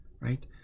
right